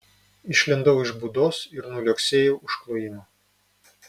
išlindau iš būdos ir nuliuoksėjau už klojimo